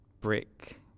brick